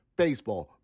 baseball